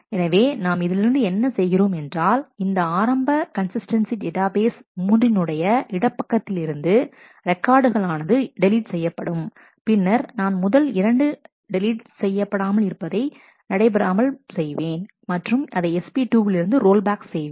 எனவே நாம் இதிலிருந்து என்ன செய்கிறோம் என்றால் இந்த ஆரம்ப கன்சிஸ்டன்டசி டேட்டாபேஸ் மூன்றின் உடைய இடப்பக்கத்தில் இருந்து ரெக்கார்டுகள் ஆனது டெலீட் செய்யப்படும் பின்னர் நான் முதல் இரண்டு டெலீட் செய்யப்படாமல் இருப்பதை நடைபெறாமல் செய்வேன் மற்றும் அதைSP2 விலிருந்து ரோல்பேக் செய்வேன்